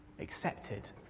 accepted